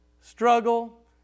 Struggle